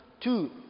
two